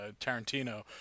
Tarantino